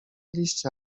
liście